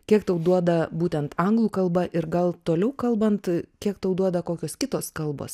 kiek tau duoda būtent anglų kalba ir gal toliau kalbant kiek tau duoda kokios kitos kalbos